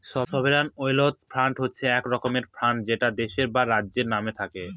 sovereign wealth fund হচ্ছে এক রকমের ফান্ড যেটা দেশের বা রাজ্যের নামে থাকে